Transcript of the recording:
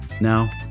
Now